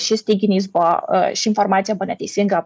šis teiginys buvo ši informacija buvo neteisinga